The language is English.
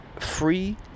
free